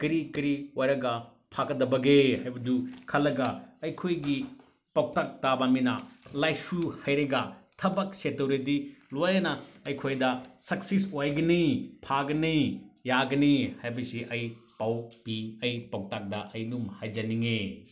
ꯀꯔꯤ ꯀꯔꯤ ꯑꯣꯏꯔꯒ ꯐꯒꯗꯕꯒꯦ ꯍꯥꯏꯕꯗꯨ ꯈꯜꯂꯒ ꯑꯩꯈꯣꯏꯒꯤ ꯄꯝꯄꯥꯛ ꯇꯥꯕ ꯃꯤꯅ ꯂꯥꯏꯁꯨ ꯍꯩꯔꯒ ꯊꯕꯛꯁꯦ ꯇꯧꯔꯗꯤ ꯂꯣꯏꯅ ꯑꯩꯈꯣꯏꯗ ꯁꯛꯁꯦꯁ ꯑꯣꯏꯒꯅꯤ ꯐꯒꯅꯤ ꯌꯥꯒꯅꯤ ꯍꯥꯏꯕꯁꯤ ꯑꯩ ꯄꯥꯎ ꯄꯤ ꯑꯩ ꯄꯥꯎꯇꯥꯛꯇ ꯑꯩ ꯑꯗꯨꯝ ꯍꯥꯏꯖꯅꯤꯡꯉꯦ